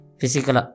physical